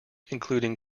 including